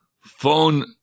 phone